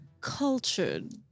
cultured